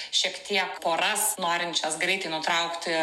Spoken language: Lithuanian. šiek tiek poras norinčias greitai nutraukti